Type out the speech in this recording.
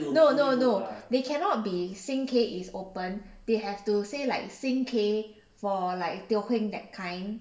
no no no they cannot be sing K is open they have to say like sing K for like teo heng that kind